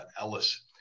Ellis